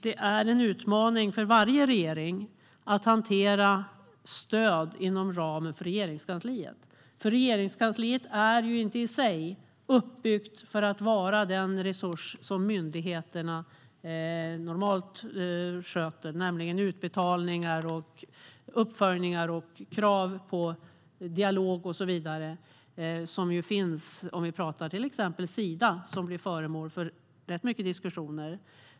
Det är en utmaning för varje regering att hantera stöd inom ramen för Regeringskansliet. Regeringskansliet är inte i sig uppbyggt för att vara en resurs som kan göra det som myndigheterna normalt sköter, nämligen utbetalningar, uppföljningar, krav, dialog och så vidare. Det finns sådant som finns i till exempel Sida, som varit föremål för rätt mycket diskussioner.